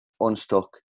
unstuck